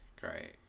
great